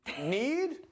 Need